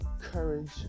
courage